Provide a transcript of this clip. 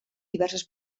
diverses